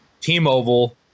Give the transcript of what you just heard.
T-Mobile